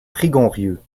prigonrieux